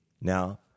Now